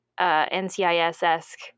NCIS-esque